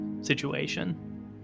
situation